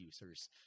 users